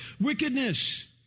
Wickedness